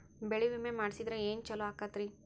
ಬೆಳಿ ವಿಮೆ ಮಾಡಿಸಿದ್ರ ಏನ್ ಛಲೋ ಆಕತ್ರಿ?